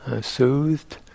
soothed